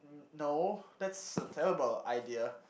no that's a terrible idea